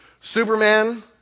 Superman